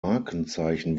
markenzeichen